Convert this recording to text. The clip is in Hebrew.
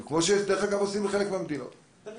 כמו שעושים בחלק מהמדינות, דרך אגב.